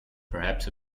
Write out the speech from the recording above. perhaps